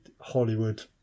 Hollywood